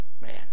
Man